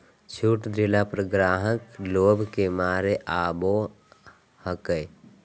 छुट देला पर ग्राहक लोभ के मारे आवो हकाई